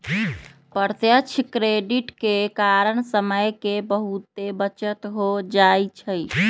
प्रत्यक्ष क्रेडिट के कारण समय के बहुते बचत हो जाइ छइ